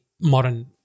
modern